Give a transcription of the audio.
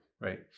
right